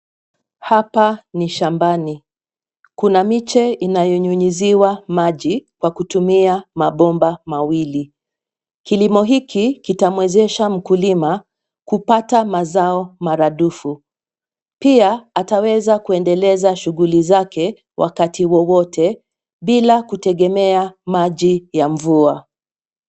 Hapa ni shambani. Kuna miche inayonyunyiziwa maji kwa kutumia mabomba mawili. Kilimo hiki kitamwezesha mkulima kupata mazao maradufu. Pia, ataweza kuendeleza shughuli zake wakati wowote bila kutegemea maji ya mvua.